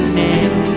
name